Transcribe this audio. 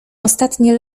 ostatnie